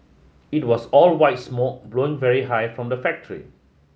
it was all white smoke blowing very high from the factory